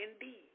indeed